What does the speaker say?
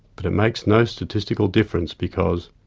but it makes no statistical difference, because,